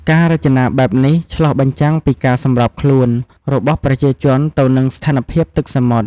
ការរចនាបែបនេះឆ្លុះបញ្ចាំងពីការសម្របខ្លួនរបស់ប្រជាជនទៅនឹងស្ថានភាពទឹកសមុទ្រ។